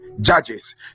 Judges